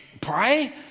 pray